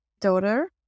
daughter